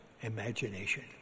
imagination